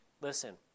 listen